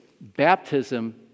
baptism